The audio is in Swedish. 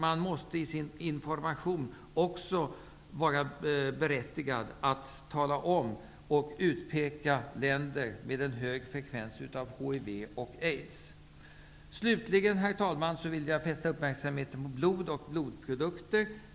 Man måste i sin information också vara berättigad att tala om och utpeka länder med en hög fre kvens av HIV och aids. Slutligen, herr talman, vill jag fästa uppmärk samheten på blod och blodprodukter.